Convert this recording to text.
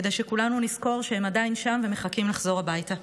כדי שכולנו נזכור שהם עדיין שם ומחכים לחזור הביתה.